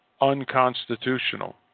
unconstitutional